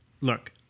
look